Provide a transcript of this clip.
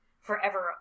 forever